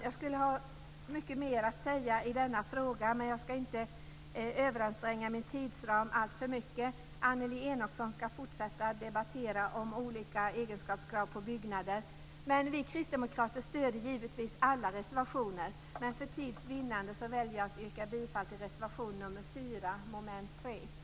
Jag har mycket mer att säga i denna fråga, men jag ska inte överskrida min tidsram alltför mycket. Annelie Enochson ska fortsätta att debattera om olika egenskapskrav på byggnader. Vi kristdemokrater stöder givetvis alla reservationer, men för tids vinnande väljer jag att yrka bifall till reservation nr 4, under mom. 3. Tack!